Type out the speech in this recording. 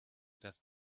das